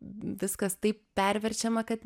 viskas taip perverčiama kad